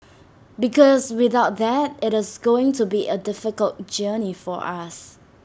because without that IT is going to be A difficult journey for us